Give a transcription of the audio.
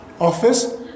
office